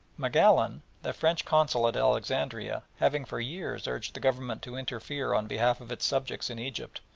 magallon, the french consul at alexandria, having for years urged the government to interfere on behalf of its subjects in egypt,